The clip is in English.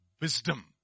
wisdom